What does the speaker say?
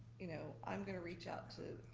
you know, i'm gonna reach out to